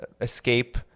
escape